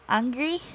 angry